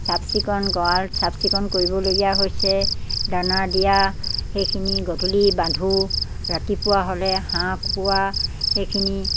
চাফচিকুণ গড়াল চাফচিকুণ কৰিবলগীয়া হৈছে দানা দিয়া সেইখিনি গধূলি বান্ধোঁ ৰাতিপুৱা হ'লে হাঁহ কুকুৰা সেইখিনি